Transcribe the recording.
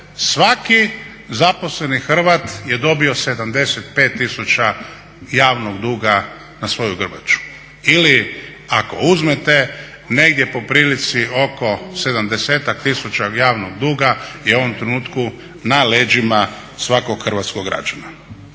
svaki zaposleni Hrvat je dobio 75 000 javnog duga na svoju grbaču. Ili ako uzmete negdje po prilici oko 70-tak tisuća javnog duga je u ovom trenutku na leđima svakog hrvatskog građana.